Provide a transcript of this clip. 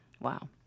wow